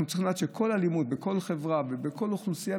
אנחנו צריכים לדעת שכל אלימות בכל חברה ובכל אוכלוסייה,